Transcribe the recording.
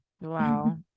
wow